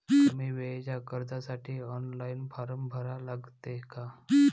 कमी वेळेच्या कर्जासाठी ऑनलाईन फारम भरा लागते का?